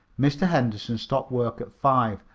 mr. henderson stopped work at five,